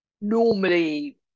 normally